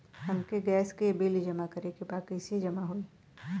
हमके गैस के बिल जमा करे के बा कैसे जमा होई?